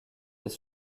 des